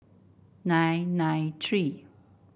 nine nine three